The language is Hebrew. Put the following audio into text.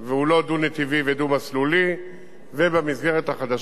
ובמסגרת החדשה הוא יהיה כביש דו-נתיבי, דו-מסלולי.